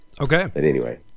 okay